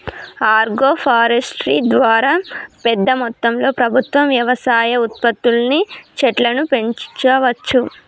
agro forestry ద్వారా పెద్ద మొత్తంలో ప్రభుత్వం వ్యవసాయ ఉత్పత్తుల్ని చెట్లను పెంచవచ్చు